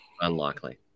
Unlikely